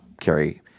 carry